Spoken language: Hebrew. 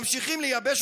ממשיכים לייבש.